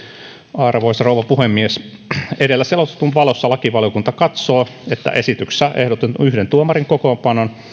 arvoisa rouva puhemies edellä selostetun valossa lakivaliokunta katsoo että esityksessä ehdotetun yhden tuomarin kokoonpanon